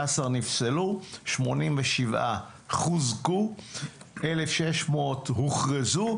יש 213 שנפסלו, 87 חוזקו, 1,600 הוכרזו.